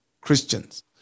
Christians